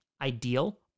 ideal